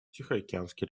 тихоокеанский